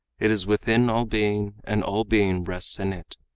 it is within all being and all being rests in it.